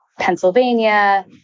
Pennsylvania